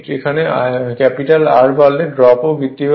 এখানে capital R বাড়লে ড্রপও বৃদ্ধি পাবে